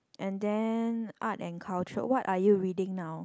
and then art and culture what are you reading now